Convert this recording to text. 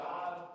God